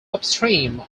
upstream